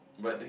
but the